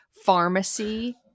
pharmacy